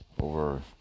Over